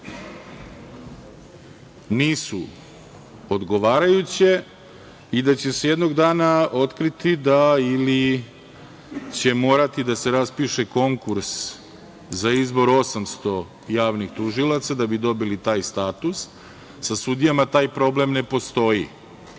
nisu odgovarajuće i da će se jednog dana otkriti da ili će morati da se raspiše konkurs za izbor 800 javnih tužilaca da bi dobili taj status, sa sudijama taj problem ne postoji,